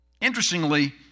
Interestingly